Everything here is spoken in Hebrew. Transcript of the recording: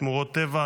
שמורות טבע,